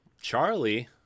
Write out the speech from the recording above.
Charlie